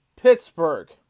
Pittsburgh